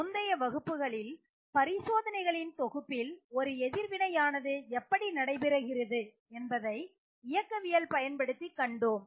முந்தைய வகுப்புகளில் பரிசோதனைகளின் தொகுப்பில் ஒரு எதிர்வினையானது எப்படி நடைபெறுகிறது என்பதை இயக்கவியலை பயன்படுத்தி கண்டோம்